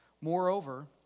Moreover